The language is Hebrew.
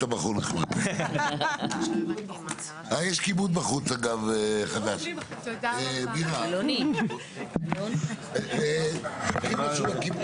(הישיבה נפסקה בשעה 23:42 ונתחדשה בשעה 23:59.) אני רוצה להציע,